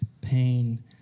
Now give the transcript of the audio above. pain